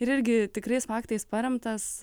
ir irgi tikrais faktais paremtas